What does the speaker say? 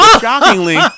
shockingly